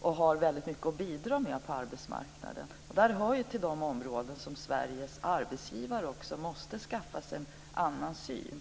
och har väldigt mycket att bidra med på arbetsmarknaden. Det här hör till de områden där Sveriges arbetsgivare också måste skaffa sig en annan syn.